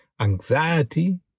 Anxiety